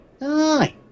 Aye